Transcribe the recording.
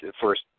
first